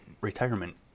retirement